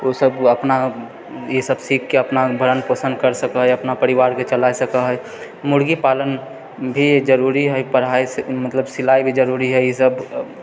ओ सभ अपना ई सभ सीखिके अपना भरण पोषण करि सकै हइ अपन परिवारके चला सकै हइ मुर्गी पालन भी जरुरी है पढ़ाइसँ मतलब सिलाइ भी जरुरी है ई सभ